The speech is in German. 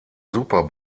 super